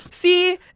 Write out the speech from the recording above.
See